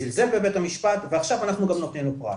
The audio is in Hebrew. זלזל בבית המשפט ועכשיו אנחנו גם נותנים לו פרס.